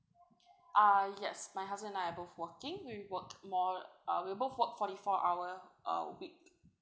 uh yes my husband and I are both working we work more uh we both work forty four hour a week